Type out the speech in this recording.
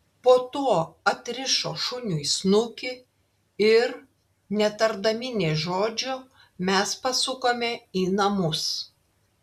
po to atrišo šuniui snukį ir netardami nė žodžio mes pasukome į namus